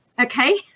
Okay